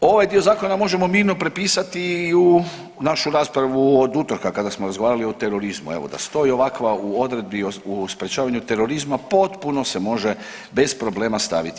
Ovaj dio zakona možemo mirno prepisati i u našu raspravu od utorka kada smo razgovarali o terorizmu, evo da stoji ovakva u odredbi u sprečavanju od terorizma potpuno se može bez problema staviti.